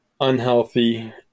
unhealthy